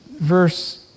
verse